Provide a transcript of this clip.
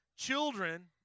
Children